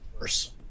Worse